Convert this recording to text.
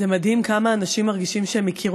זה מדהים כמה אנשים מרגישים שהם הכירו